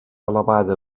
elevada